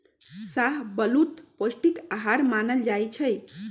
शाहबलूत पौस्टिक अहार मानल जाइ छइ